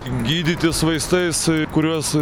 gydytis vaistais kuriuos